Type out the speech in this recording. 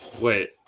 wait